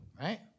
right